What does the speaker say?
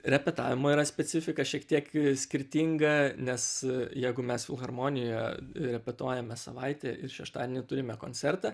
repetavimo yra specifika šiek tiek skirtinga nes jeigu mes filharmonijoje repetuojame savaitę ir šeštadienį turime koncertą